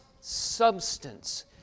substance